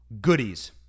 goodies